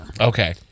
Okay